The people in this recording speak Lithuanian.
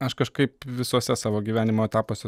aš kažkaip visuose savo gyvenimo etapuose